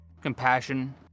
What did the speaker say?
compassion